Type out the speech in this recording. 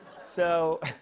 so.